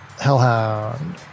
Hellhound